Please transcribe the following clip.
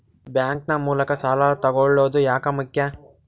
Bank ನ ಮೂಲಕ ಸಾಲ ತಗೊಳ್ಳೋದು ಯಾಕ ಮುಖ್ಯ?